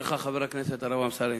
חבר הכנסת הרב אמסלם,